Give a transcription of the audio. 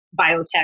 biotech